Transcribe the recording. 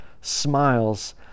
smiles